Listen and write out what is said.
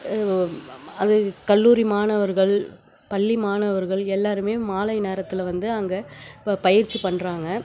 அது கல்லூரி மாணவர்கள் பள்ளி மாணவர்கள் எல்லோருமே மாலை நேரத்தில் வந்து அங்கே இப்போ பயிற்சி பண்ணுறாங்க